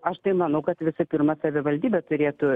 aš tai manau kad visų pirma savivaldybė turėtų